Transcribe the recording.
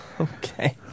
Okay